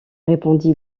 répondit